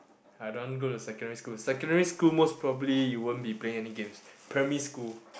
I don't want go to secondary school secondary school most probably you won't be playing any games primary school